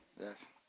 Yes